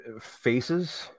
faces